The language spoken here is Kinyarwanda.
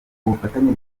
ubufatanye